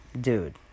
dude